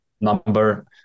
number